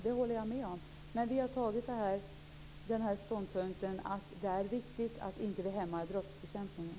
Det håller jag med om. Men vi har tagit den ståndpunkten att det är viktigt att det inte hämmar brottsbekämpningen.